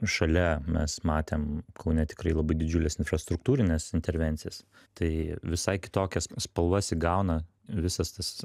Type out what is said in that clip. šalia mes matėm kaune tikrai labai didžiules infrastruktūrines intervencijas tai visai kitokias spalvas įgauna visas tas